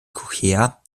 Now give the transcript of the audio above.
quechua